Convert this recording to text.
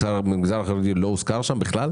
ממשרד הבריאות המגזר החרדי לא הוזכר שם בכלל?